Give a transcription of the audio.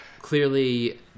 clearly